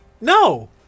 No